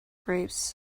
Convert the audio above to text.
grapes